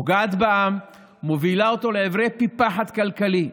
היא פוגעת בעם, מובילה אותו לעברי פי פחת כלכלי.